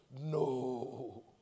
No